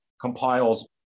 compiles